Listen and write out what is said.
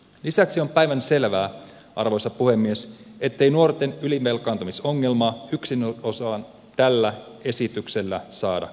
lisäksi on päivänselvää arvoisa puhemies ettei nuorten ylivelkaantumisongelmaa yksinomaan tällä esityksellä saada kuriin